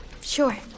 Sure